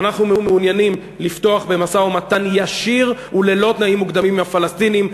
אנחנו מעוניינים לפתוח במשא-ומתן ישיר וללא תנאים מוקדמים עם הפלסטינים.